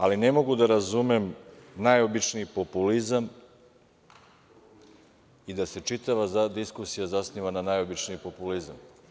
Ali, ne mogu da razumem najobičniji populizam i da se čitava diskusija zasniva na najobičnije populizmu.